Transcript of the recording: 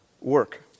work